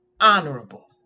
Honorable